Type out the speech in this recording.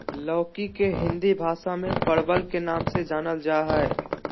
लौकी के हिंदी भाषा में परवल के नाम से जानल जाय हइ